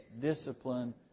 discipline